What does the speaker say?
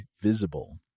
Visible